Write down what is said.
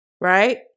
right